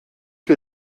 que